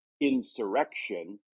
insurrection